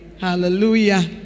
hallelujah